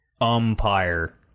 Umpire